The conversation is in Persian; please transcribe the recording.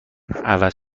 عوض